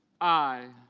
i.